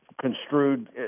construed